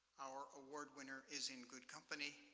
our award winner is in good company,